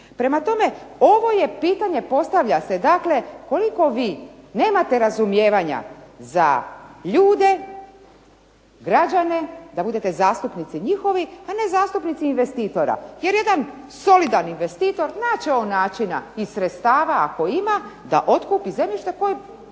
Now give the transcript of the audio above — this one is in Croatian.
Prema tome, ovo je pitanje postavlja se dakle koliko vi nemate razumijevanja za ljude, građane da budete zastupnici njihovi, a ne zastupnici investitora, jer jedan solidan investitor naći će on načina i sredstava ako ima, da otkupi zemljište koje